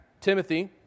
Timothy